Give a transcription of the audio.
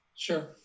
Sure